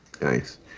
nice